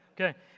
Okay